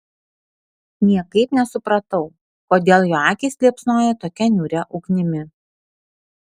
niekaip nesupratau kodėl jo akys liepsnoja tokia niūria ugnimi